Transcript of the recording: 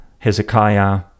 Hezekiah